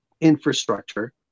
infrastructure